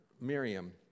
Miriam